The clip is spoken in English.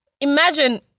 imagine